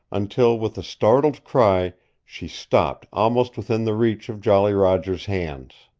until with a startled cry she stopped almost within the reach of jolly roger's hands.